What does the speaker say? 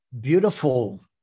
beautiful